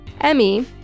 Emmy